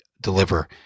deliver